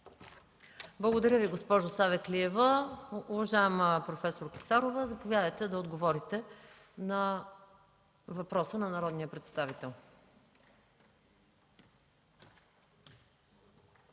Благодаря Ви, госпожо Савеклиева. Уважаема проф. Клисарова, заповядайте да отговорите на въпроса на народния представител.